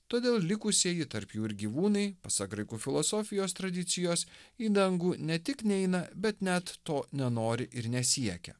todėl likusieji tarp jų ir gyvūnai pasak graikų filosofijos tradicijos į dangų ne tik neina bet net to nenori ir nesiekia